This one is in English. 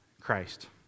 Christ